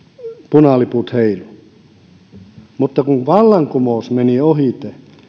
punaliput heiluivat mutta kun vallankumous meni ohi